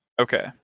Okay